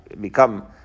become